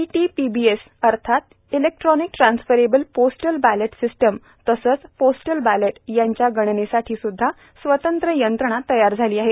ETBPS अर्थात electronic transferable postal ballot system तसंच postal बक्नेट यांच्या गणेनेसाठी सुद्धा स्वतंत्र यंत्रणा तयार झाली आहे